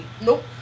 Nope